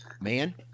man